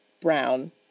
brown